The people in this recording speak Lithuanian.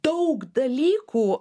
daug dalykų